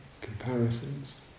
comparisons